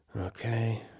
Okay